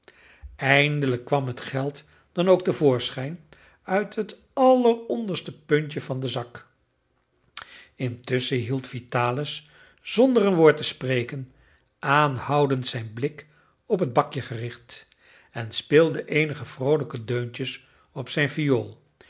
eindelijk kwam het geld dan ook te voorschijn uit het alleronderste puntje van den zak intusschen hield vitalis zonder een woord te spreken aanhoudend zijn blik op het bakje gericht en speelde eenige vroolijke deuntjes op zijn viool